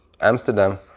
Amsterdam